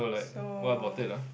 so